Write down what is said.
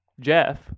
Jeff